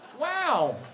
wow